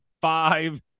five